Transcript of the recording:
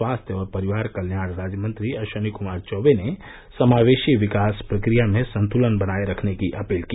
स्वास्थ्य और परिवार कल्याण राज्यमंत्री अश्विनी कुमार चौवे ने समावेशी विकास प्रक्रिया में संतुलन बनाये रखने की अपील की